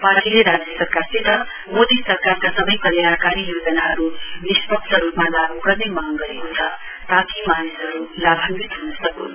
पार्टीले राज्य सरकारसित मोदी सरकारका सबै कल्याणकारी योजनाहरू निष्पक्ष रूपमा लागू गर्ने माग गरेको छ ताकि मानिसहरू लाभान्वित ह्न सक्न्